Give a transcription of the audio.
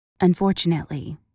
Unfortunately